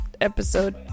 episode